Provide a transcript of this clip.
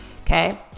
Okay